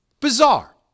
Bizarre